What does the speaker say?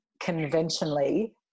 conventionally